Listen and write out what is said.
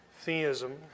theism